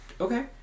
Okay